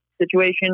situation